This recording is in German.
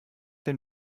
den